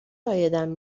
عایدم